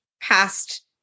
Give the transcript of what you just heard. past